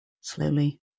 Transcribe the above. slowly